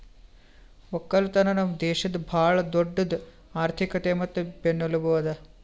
ಒಕ್ಕಲತನ ನಮ್ ದೇಶದ್ ಭಾಳ ದೊಡ್ಡುದ್ ಆರ್ಥಿಕತೆ ಮತ್ತ ಬೆನ್ನೆಲುಬು ಅದಾ